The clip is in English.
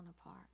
apart